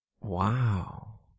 Wow